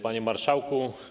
Panie Marszałku!